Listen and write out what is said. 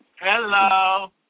Hello